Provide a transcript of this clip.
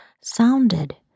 sounded